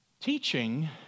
teaching